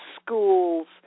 schools